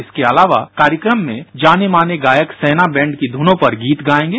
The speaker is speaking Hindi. इसके अलावा कार्यक्रम में जाने माने गायक सेना बैंड की धुनों पर गीत गाएंगे